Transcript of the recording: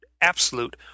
absolute